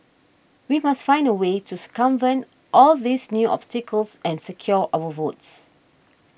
we must find a way to circumvent all these new obstacles and secure our votes